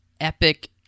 epic